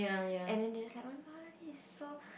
and then they just like this is so